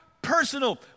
Personal